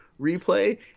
replay